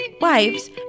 wives